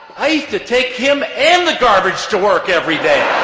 i used to take him and the garbage to work every day.